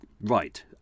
Right